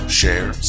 share